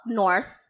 north